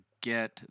get